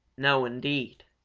no, indeed!